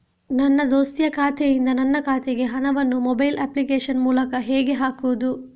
ನನ್ನ ದೋಸ್ತಿಯ ಖಾತೆಯಿಂದ ನನ್ನ ಖಾತೆಗೆ ಹಣವನ್ನು ಮೊಬೈಲ್ ಅಪ್ಲಿಕೇಶನ್ ಮೂಲಕ ಹೇಗೆ ಹಾಕುವುದು?